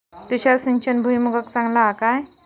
तुषार सिंचन भुईमुगाक चांगला हा काय?